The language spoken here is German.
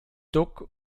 duck